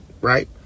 right